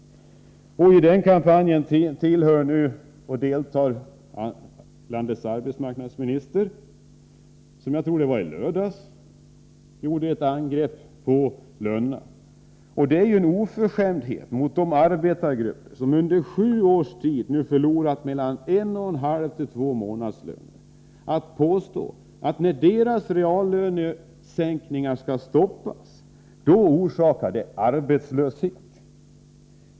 I den kampanjen deltar nu landets arbetsmarknadsminister som — jag tror det var i lördags — gjorde ett angrepp på lönerna. Det är en oförskämdhet mot de arbetargrupper som under sju års tid förlorat mellan 1,5 och 2 månadslöner att påstå att deras reallöneökningar måste stoppas, därför att de orsakar arbetslöshet.